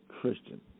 Christian